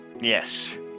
Yes